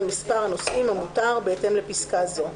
מספר הנוסעים המותר בהתאם לפסקה זו;